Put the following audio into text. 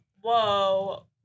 whoa